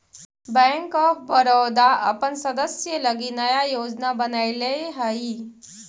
bank of Baroda अपन सदस्य लगी नया योजना बनैले हइ